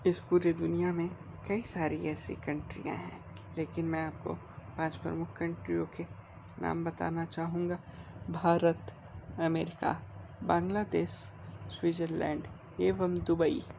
इस पूरे दुनिया में कई सारी ऐसी कन्ट्रियाँ हैं लेकिन मैं आपको पाँच प्रमुख कन्ट्रियों के नाम बताना चाहूँगा भारत अमेरिका बांग्लादेश स्वीज़रलैंड एवम दुबई